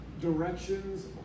Directions